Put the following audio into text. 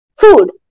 food